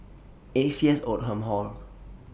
A C S Oldham Hall